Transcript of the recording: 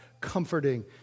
comforting